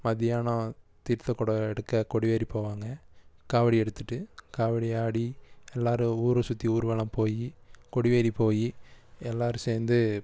மதியானம் தீர்த்த குடம் எடுக்க கொடியேறி போவாங்க காவடி எடுத்துகிட்டு காவடி ஆடி எல்லாரும் ஊரை சுற்றி ஊர்வலம் போய் கொடியேறி போய் எல்லாரும் சேர்ந்து